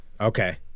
Okay